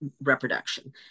reproduction